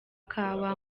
kawa